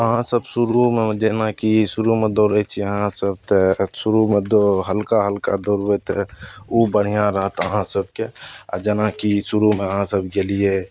अहाँसब शुरूमे जेनाकि शुरूमे दौड़य छी अहाँसब तऽ शुरूमे दौ हल्क हल्का दौड़बय तऽ उ बढ़ियाँ रहत अहाँ सबके आओर जेनाकि शुरूमे अहाँसब गेलियै